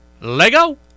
Lego